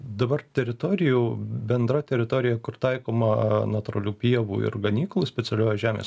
dabar teritorijų bendra teritorija kur taikoma natūralių pievų ir ganyklų specialioji žemės